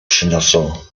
przyniosą